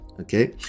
okay